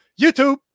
YouTube